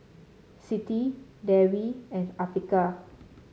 Siti Dewi and Afiqah